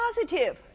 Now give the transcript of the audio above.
positive